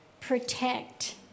protect